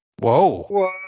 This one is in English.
Whoa